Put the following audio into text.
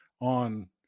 on